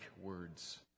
words